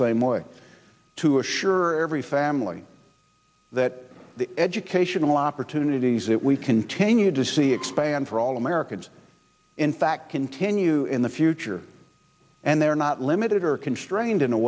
same way to assure every family that the educational opportunities that we continue to see expand for all americans in fact continue in the future and they're not limited or constrained in a